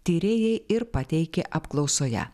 tyrėjai ir pateikė apklausoje